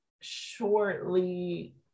shortly